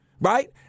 right